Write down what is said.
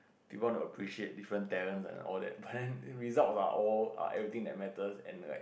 do you want to appreciate different talents and all that but then results are all are everything that matters and like